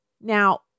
Now